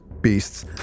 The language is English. beasts